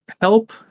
help